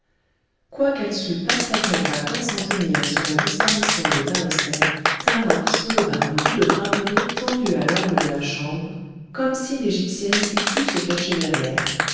quoiqu'elle sût parfaitement à quoi s'en tenir sur la disparition de tahoser thamar souleva un bout de draperie tendu à l'angle de la chambre comme si l'égyptienne eût pu se cacher derrière